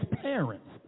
parents